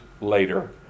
later